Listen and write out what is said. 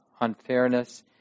unfairness